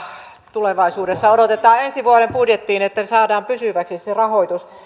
tulevaisuudessa odotetaan ensi budjettiin että saadaan pysyväksi se se rahoitus